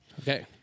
Okay